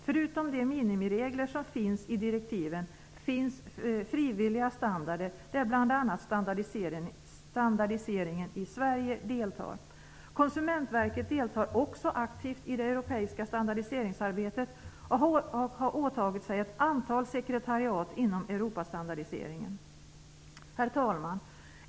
Förutom de minimiregler som finns i direktiven finns frivilliga standarder där bl.a. Standardiseringen i Sverige deltar. Konsumentverket deltar också aktivt i det europeiska standardiseringsarbetet och har åtagit sig ett antal sekretariat inom Europastandardiseringen. Herr talman!